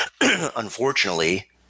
Unfortunately